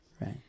right